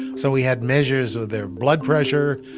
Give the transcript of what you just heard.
so we had measures of their blood pressure.